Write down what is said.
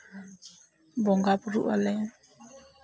ᱵᱚᱸᱜᱟᱼᱵᱩᱨᱩᱜ ᱟᱞᱮ